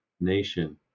nation